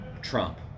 Trump